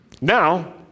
Now